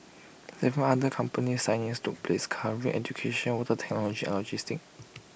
Seven other company signings took place covering education water technology and logistics